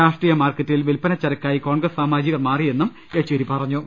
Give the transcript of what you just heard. രാഷ്ട്രീയ മാർക്കറ്റിൽ വിൽപ്പനചരക്കായി കോൺഗ്രസ് സാമാജികർ മാറിയെന്നും യെച്ചൂരി പറഞ്ഞു